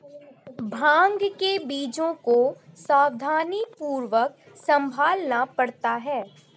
भांग के बीजों को सावधानीपूर्वक संभालना पड़ता है